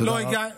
תודה רבה.